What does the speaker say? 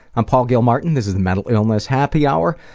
i'm paul gilmartin. this is the mental illness happy hour.